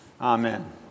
Amen